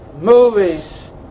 movies